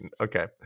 Okay